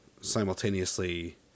simultaneously